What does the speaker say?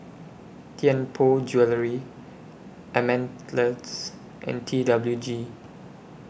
Tianpo Jewellery and T W G